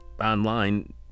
online